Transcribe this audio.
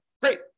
Great